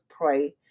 pray